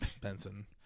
Benson